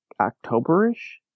October-ish